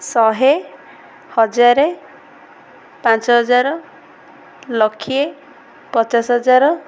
ଶହେ ହଜାର ପାଞ୍ଚ ହଜାର ଲକ୍ଷେ ପଚାଶ ହଜାର